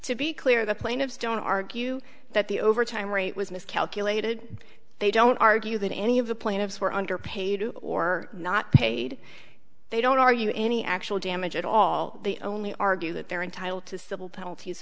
to be clear the plaintiffs don't argue that the overtime rate was miscalculated they don't argue that any of the plaintiffs were underpaid or not paid they don't argue any actual damage at all the only argue that they're entitled to civil penalties